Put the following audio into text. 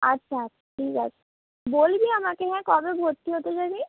আচ্ছা ঠিক আছে বলবি আমাকে হ্যাঁ কবে ভর্তি হতে যাবি